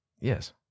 Yes